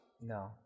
No